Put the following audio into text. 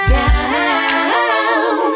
down